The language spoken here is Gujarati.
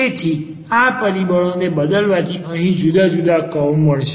તેથી આ પરિબળોને બદલવાથી અહીં જુદાં જુદાં કર્વ મળશે